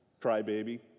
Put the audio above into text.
crybaby